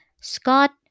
Scott